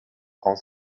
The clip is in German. aus